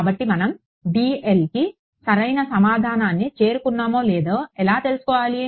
కాబట్టి మనం dlకి సరైన సమాధానాన్ని చేరుకున్నామో లేదో ఎలా తెలుసుకోవాలి